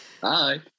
Bye